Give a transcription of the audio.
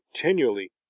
continually